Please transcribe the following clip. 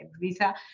visa